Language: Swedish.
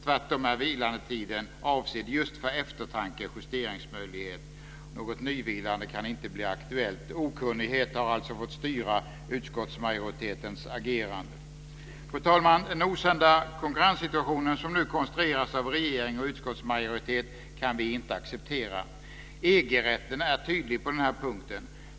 Tvärtom är vilandetiden avsedd just för eftertanke och justeringsmöjligheter. Något nyvilande kan inte bli aktuellt. Okunnighet har alltså fått styra utskottsmajoritetens agerande. Fru talman! Den osunda konkurrenssituation som nu konstrueras av regering och utskottsmajoritet kan vi inte acceptera. EG-rätten är tydlig på den här punkten.